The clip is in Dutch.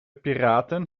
piraten